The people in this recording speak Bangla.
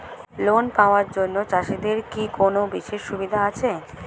লোন পাওয়ার জন্য চাষিদের কি কোনো বিশেষ সুবিধা আছে?